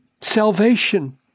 salvation